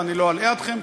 ואני לא אלאה אתכם,